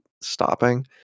stopping